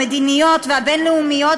המדיניות והבין-לאומיות,